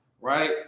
right